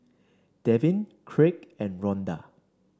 Devyn Craig and Ronda